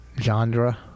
genre